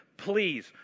Please